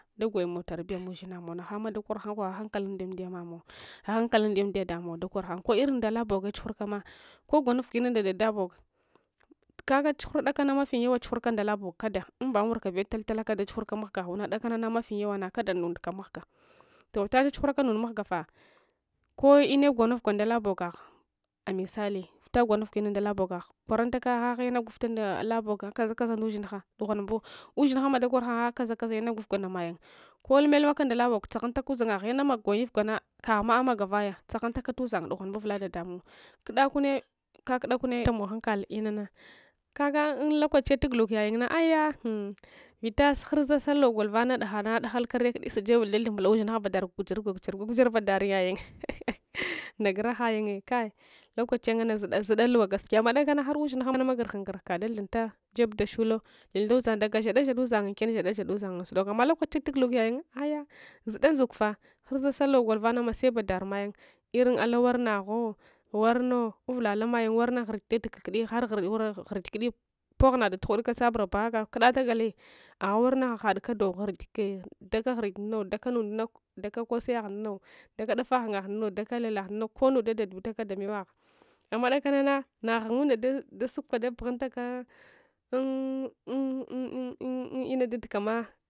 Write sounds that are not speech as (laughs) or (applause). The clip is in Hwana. Dagoyumung tarbiya ungu ushinamow nag hangma dakor hang agha hankamnda amdiya mamung agha ghankalunda am diya damow dakor hang ku lrin ndalabogiye tsughurkama kogwanuf gwina ndada dabog kaga chughur dakang mafi yawa chughurka ndalabog kada amba unwurkabe taltalaka dachurataka mabga ghuna dakanana mafi yawa kada ndunduka mahga toh’ vita cha chughuraka ndund mahga fah ko inne gwanukgwa ndala bogah a misali vita gwanuf gwa lnadala bogah kawaruntaka agnaha lna gwagyef ta ndalaboga kaza kaza ndushingha dughwanbu ushinghama dakor hanga kaza kaza agha insdagwuf ga ndam ayung ko lumelumaka ndaka bog dzag huntaka udzangagh agha luma gwayef gwana kaguma amaga vaya dsaghunlaka uszang dughwanbu uvula ɗaɗamung kudakune kakuda kunne tamogh ungh unkal inana kaga un lokachiya tuguluk yayunna ai’ya humn vlta ghurza salloh gol vano daghana daghal karyak uddi sajebul dabthumbul ushingha badarul gugudzur gwagudzur gwagud zur badar yayung (laughs) nda guragha yunye kai lolachiya nganne zuda zuza luwa gaskiya amma dakana har ushingha dakanama guhr ghungurg huka thavatata jeb dun shullo thun tha uszang daga shadesuoda uzanginken shadashada uszang unsudok amma lokachiya tuguluk yayunye ayya zuda ndzukfah hurza salloh got vaname sebadar mayung lrin alawar nagho warno uvula lamayung warna ghnurgi daduka kudi harghug ghugik uddi boghna datughuduka tsabar baghaka kudatagali agha warna hahad kadoghunge daka ghurgen duna dakanunu nauno daka kose yagh nduno daka dafa ghungah dunno daka alelaghnau nno konnu ɗaɗadutaka naamewagh amma dakanana naghungunda dun dasu ka dabughunl aka (hesitation) lna dadkama